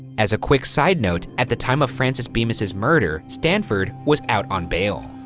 as a quick sidenote, at the time of frances bemis's murder, stanford was out on bail.